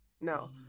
No